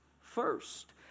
first